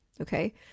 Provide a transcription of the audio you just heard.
okay